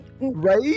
right